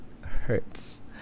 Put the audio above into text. hurts